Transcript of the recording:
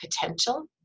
potential